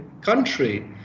country